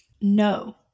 No